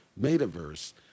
Metaverse